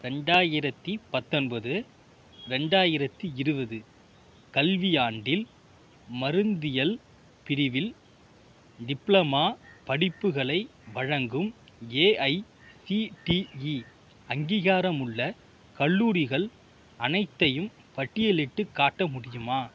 ரெண்டாயிரத்தி பத்தொன்பது ரெண்டாயிரத்தி இருபது கல்வியாண்டில் மருந்தியல் பிரிவில் டிப்ளமா படிப்புகளை வழங்கும் எஐசிடிஇ அங்கீகாரமுள்ள கல்லூரிகள் அனைத்தையும் பட்டியலிட்டுக் காட்ட முடியுமா